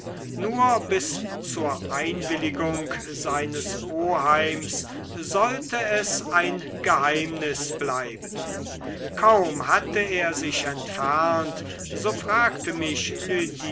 nur bis zur einwilligung seines oheims sollte es ein geheimnis bleiben kaum hatte er sich entfernt so fragte mich